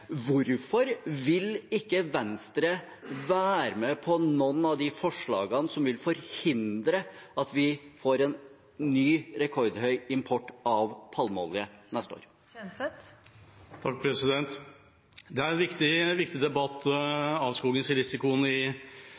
Hvorfor vil ikke Venstre være med på noen av de forslagene som vil forhindre at vi får en ny rekordhøy import av palmeolje til neste år? Debatten om risikoen for avskoging av regnskogen er viktig, og det er viktig